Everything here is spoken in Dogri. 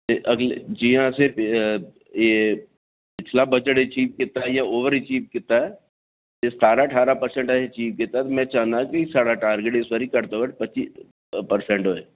ते अगले जि'यां असें पिछला बजट अचीव कीता जां ओवर अचीव कीता एह् सतारां ठारह परसैंट अहें अचीव कीता ते मैं चाहन्नां कि स्हाड़ा टारगेट इस बारी कोई पच्ची पर्सैंट होऐ